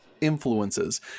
influences